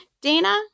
Dana